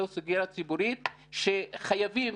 זאת סוגיה ציבורית שחייבים,